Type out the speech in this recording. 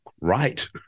right